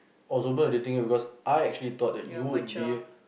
was the thing because I actually thought that you would be